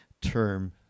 term